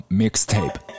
mixtape